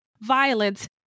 violence